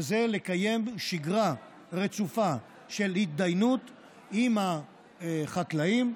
וזה לקיים שגרה רצופה של הידיינות עם החקלאים,